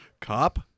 Cop